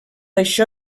això